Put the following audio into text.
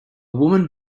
woman